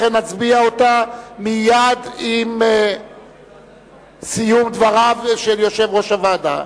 לכן נצביע מייד עם סיום דבריו של יושב-ראש הוועדה.